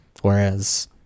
Whereas